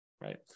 Right